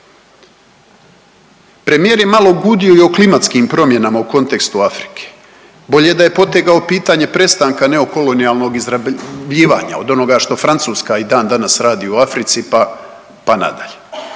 Premijer je malo gudio i u klimatskim promjenama u kontekstu Afrike. Bolje da je potegao pitanje prestanka neokolonijalnog izrabljivanja od onoga što Francuska i dandanas radi u Africi pa nadalje.